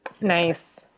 Nice